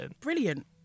brilliant